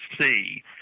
see